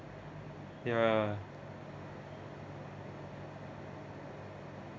ya ya ya